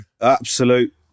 absolute